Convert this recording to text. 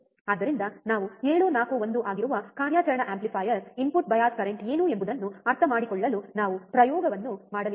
ಆದ್ದರಿಂದ ನಾವು 741 ಆಗಿರುವ ಕಾರ್ಯಾಚರಣಾ ಆಂಪ್ಲಿಫೈಯರ್ನ ಇನ್ಪುಟ್ ಬಯಾಸ್ ಕರೆಂಟ್ ಏನು ಎಂಬುದನ್ನು ಅರ್ಥಮಾಡಿಕೊಳ್ಳಲು ನಾವು ಪ್ರಯೋಗವನ್ನು ಮಾಡಲಿದ್ದೇವೆ